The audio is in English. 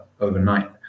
overnight